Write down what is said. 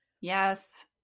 Yes